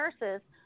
nurses